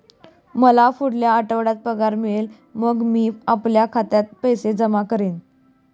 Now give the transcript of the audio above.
मला पुढच्या आठवड्यात पगार मिळेल मग मी आपल्या खात्यात पैसे जमा करेन